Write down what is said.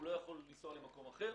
הוא לא יכול לנסוע למקום אחר.